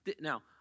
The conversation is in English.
Now